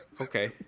Okay